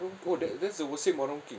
warong ko that that's the same warong kim